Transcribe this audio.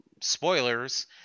spoilers